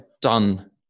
done